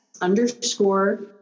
underscore